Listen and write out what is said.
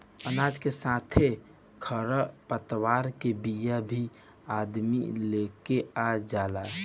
अनाज के साथे खर पतवार के बिया भी अदमी लेके आ जाला